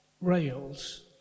rails